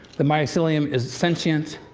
the mycelium is sentient.